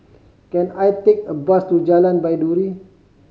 can I take a bus to Jalan Baiduri